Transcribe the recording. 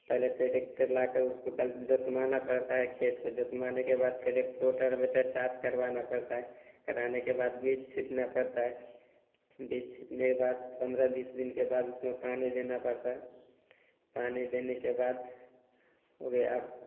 पहले ट्रैक्टर लाकर उसको कल जुतवाना पड़ता हैं खेत को जुतवाने के बाद फ़िर एक टोटर वेटर चार्ज करवाना पड़ता हैं कराने के बाद बीज छींटना पड़ता है बीज छींटने के बाद पंद्रह बीस दिन के बाद उसमें पानी देना पड़ता हैं पानी देने के बाद हो गया